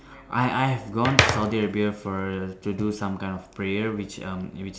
I I've gone Saudi Arabia for to do some kind of prayer which um which